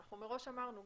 מראש אמרנו,